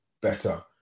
better